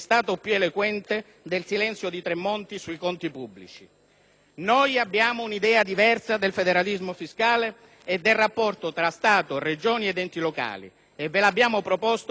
Noi abbiamo un'idea diversa del federalismo fiscale e del rapporto tra Stato, Regioni ed enti locali e ve l'abbiamo proposta con i nostri emendamenti, contro cui avete votato: